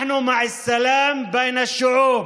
אנחנו בעד שלום בין עמים.